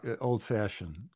old-fashioned